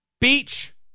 Beach